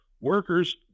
Workers